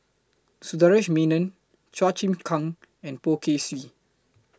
Sundaresh Menon Chua Chim Kang and Poh Kay Swee